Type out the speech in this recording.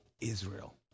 Israel